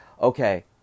okay